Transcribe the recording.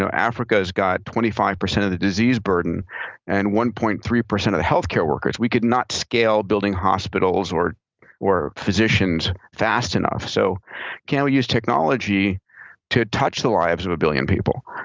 so africa's got twenty five percent of the disease burden and one point three percent of the healthcare workers. we could not scale building hospitals or or physicians fast enough, so can we use technology to touch the lives of a billion people.